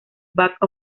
back